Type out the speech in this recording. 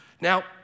Now